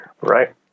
right